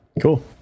Cool